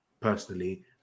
personally